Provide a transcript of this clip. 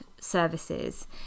services